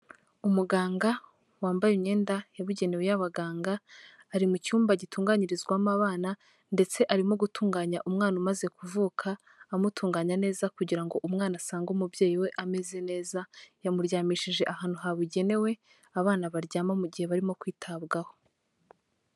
Umuganga wambaye imyenda yabugenewe y'abaganga, ari mu cyumba gitunganyirizwamo abana ndetse arimo gutunganya umwana umaze kuvuka amutunganya neza kugira ngo umwana asange umubyeyi we ameze neza, yamuryamishije ahantu habugenewe abana baryama mu gihe barimo kwitabwaho.